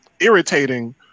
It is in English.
irritating